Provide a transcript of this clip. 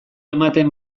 ematen